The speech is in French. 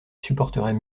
supporterait